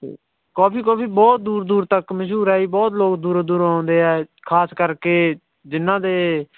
ਕਾਫੀ ਕਾਫੀ ਬਹੁਤ ਦੂਰ ਦੂਰ ਤੱਕ ਮਸ਼ਹੂਰ ਆ ਜੀ ਬਹੁਤ ਲੋਕ ਦੂਰੋਂ ਦੂਰੋਂ ਆਉਂਦੇ ਹੈ ਖਾਸ ਕਰਕੇ ਜਿਨ੍ਹਾਂ ਦੇ